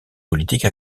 politique